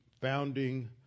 founding